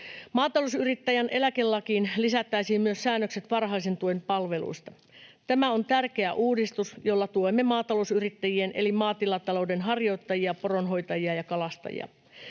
Maatalousyrittäjän eläkelakiin lisättäisiin myös säännökset varhaisen tuen palveluista. Tämä on tärkeä uudistus, jolla tuemme maatalousyrittäjiä eli maatilatalouden harjoittajia, poronhoitajia ja kalastajia.